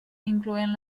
incloent